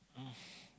mm